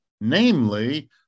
namely